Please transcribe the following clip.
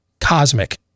cosmic